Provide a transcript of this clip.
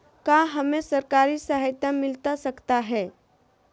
क्या हमे सरकारी सहायता मिलता सकता है?